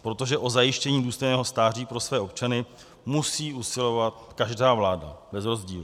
Protože o zajištění důstojného stáří pro své občany musí usilovat každá vláda bez rozdílu.